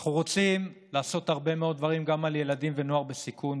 אנחנו רוצים לעשות הרבה מאוד דברים גם לילדים ונוער בסיכון,